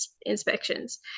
inspections